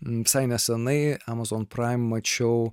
visai nesenai amazon prime mačiau